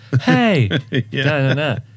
Hey